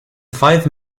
five